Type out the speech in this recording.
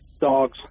dogs